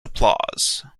applause